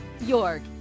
York